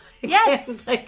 Yes